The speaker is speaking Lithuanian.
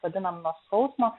vadinam nuo skausmo